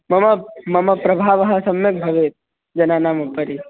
मम मम प्रभावः सम्यक् भवेत् जनानाम् उपरि